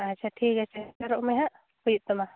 ᱟᱪᱪᱷᱟ ᱴᱷᱤᱠ ᱟᱪᱷᱮ ᱥᱮᱴᱮᱨᱚᱜ ᱢᱮᱦᱟᱜ ᱦᱩᱭᱩᱜ ᱛᱟᱢᱟ